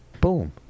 Boom